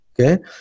okay